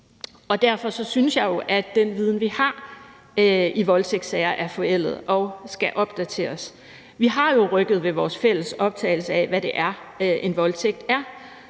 og derfor synes jeg, at den viden, vi har i voldtægtssager, er forældet og skal opdateres. Vi har jo rykket ved vores fælles opfattelse af, hvad det er, en voldtægt er,